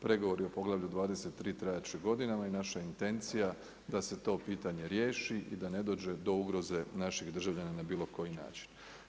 Pregovori o poglavlju 23 trajat će godinama i naša intencija da se to pitanje riješi i da ne dođe do ugroze naših državljana na bilo koji način.